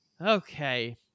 okay